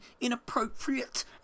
inappropriate